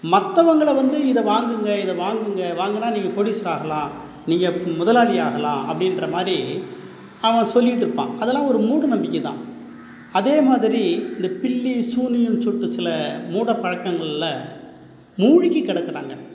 மற்றவங்கள வந்து இதை வாங்குங்கள் இதை வாங்குங்கள் வாங்குனால் நீங்கள் கோடீஸ்வரன் ஆகலாம் நீங்கள் முதலாளி ஆகலாம் அப்படின்ற மாதிரி அவன் சொல்லிட்டுருப்பான் அதெல்லாம் ஒரு மூடநம்பிக்கை தான் அதே மாதிரி இந்த பில்லி சூனியம் சொல்லிட்டு சில மூட பழக்கங்களில் மூழ்கி கிடக்குறாங்க